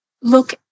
look